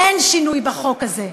אין שינוי בחוק הזה.